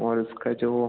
और उसका जो